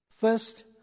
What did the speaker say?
First